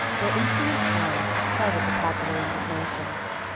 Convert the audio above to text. their insolent triumph excited the popular indignation.